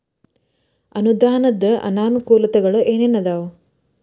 ಅನುದಾನದ್ ಅನಾನುಕೂಲತೆಗಳು ಏನ ಏನ್ ಅದಾವ?